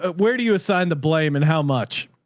ah where do you assign the blame and how much,